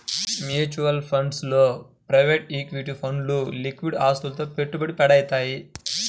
mutual funds లో private equity ఫండ్లు liquid ఆస్తులలో పెట్టుబడి పెడతయ్యి